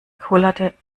kullerte